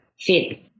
fit